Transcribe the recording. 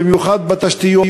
במיוחד בתשתיות,